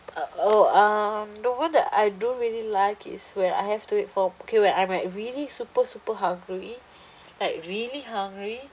uh oh um the one that I don't really like is when I have to wait for okay when I'm like really super super hungry like really hungry